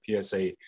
PSA